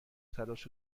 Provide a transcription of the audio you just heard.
تلاش